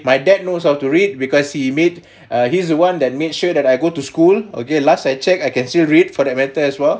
my dad knows how to read because he made a he's the one that made sure that I go to school okay last I checked I can still read for that matter as well